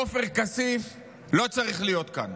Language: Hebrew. עופר כסיף לא צריך להיות כאן.